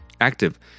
active